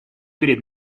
перед